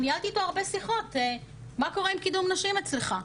ניהלתי איתו הרבה שיחות מה קורה עם קידום נשים אצלך,